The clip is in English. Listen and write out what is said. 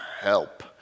help